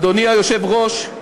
אדוני היושב-ראש,